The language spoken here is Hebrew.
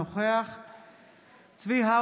אינה נוכחת אריה מכלוף דרעי, אינו נוכח צבי האוזר,